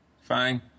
Fine